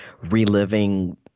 reliving